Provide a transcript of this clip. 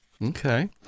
Okay